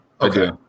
Okay